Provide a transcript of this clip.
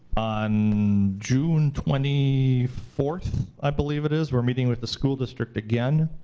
on june twenty fourth, i believe it is, we're meeting with the school district again.